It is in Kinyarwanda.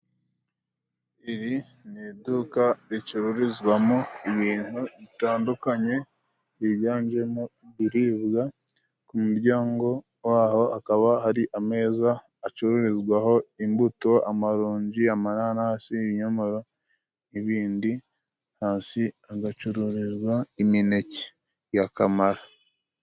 Iri ni iduka ricururizwamo ibintu bitandukanye, higanjemo ibiribwa, ku muryango waho hakaba hari ameza acururizwaho imbuto, amaronji, amananasi, ibinyomoro n'ibindi. Hasi hagacururizwa imineke ya kamara.